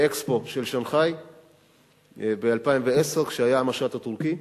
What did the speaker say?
ב-Expo של שנגחאי ב-2010, כשהיה המשט הטורקי.